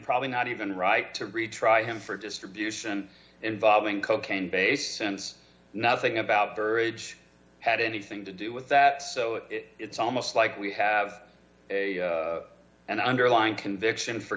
probably not even right to retry him for distribution involving cocaine basins nothing about their age had anything to do with that so it's almost like we have an underlying conviction for